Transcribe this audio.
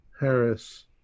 Harris